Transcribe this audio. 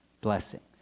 blessings